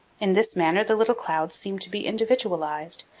in this manner the little clouds seem to be individualized,